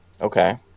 Okay